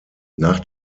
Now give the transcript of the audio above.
nach